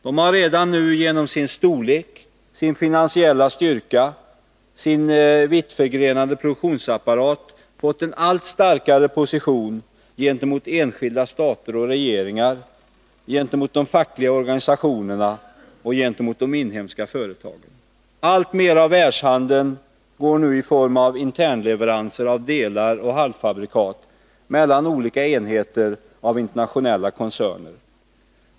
De har redan nu genom sin storlek, sin finansiella styrka och sin vittförgrenade produktionsapparat fått en allt starkare position gentemot enskilda stater och regeringar, gentemot de fackliga organisationerna och gentemot de inhemska företagen. Alltmer av världshandeln går nu i form av internleveranser av delar och halvfabrikat mellan olika enheter av internationella koncerner.